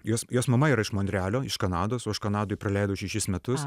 jos jos mama yra iš mondrealio iš kanados o aš kanadoj praleidau šešis metus